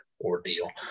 ordeal